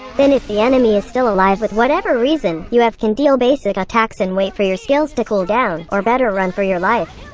then if the enemy is still alive with whatever reason, you have can deal basic attacks and wait for your skills to cool down, or better run for your life.